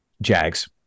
Jags